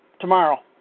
tomorrow